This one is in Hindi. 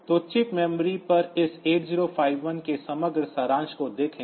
तो चिप मेमोरी पर इस 8051 के समग्र सारांश को देखें